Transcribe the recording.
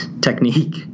technique